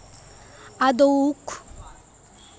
আদৌক মেলা রকমের গ্রীষ্মমন্ডলীয় গাছ থাকি যে কূয়া পাইচুঙ